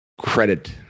credit